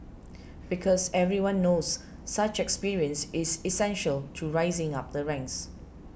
because everyone knows such experience is essential to rising up the ranks